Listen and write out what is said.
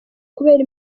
kubera